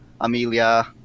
Amelia